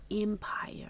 empire